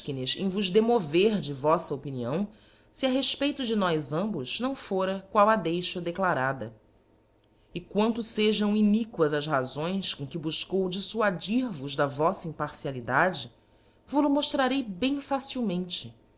efchines em vos demover de voffa opinião fe a refpeito de nós ambos não fora qual a deixo declarada e quanto fejam iniquas as razões com que bufcou diífuadir vos da voffa imparcialidade vol-o moftrarei bem facilmente